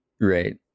Right